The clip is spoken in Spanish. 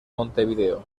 montevideo